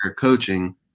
coaching